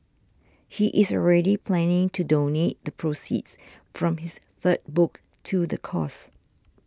he is already planning to donate the proceeds from his third book to the cause